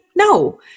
No